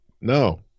No